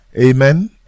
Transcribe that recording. Amen